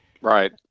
Right